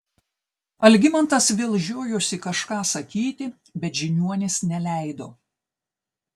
algimantas vėl žiojosi kažką sakyti bet žiniuonis neleido